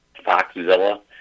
Foxzilla